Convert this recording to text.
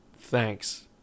Thanks